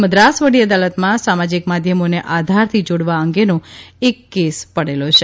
મદ્રાસ વડી અદાલતમાં સામાજિક માધ્યમોને આધારથી જોડવા અંગેનો એક કેસ પડેલો છે